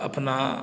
अपना